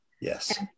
Yes